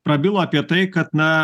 prabilo apie tai kad na